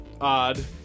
odd